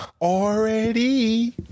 already